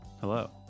Hello